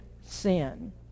sin